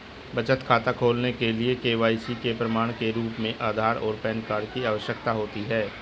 बचत खाता खोलने के लिए के.वाई.सी के प्रमाण के रूप में आधार और पैन कार्ड की आवश्यकता होती है